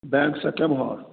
बैंकसँ केमहर